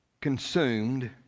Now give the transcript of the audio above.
consumed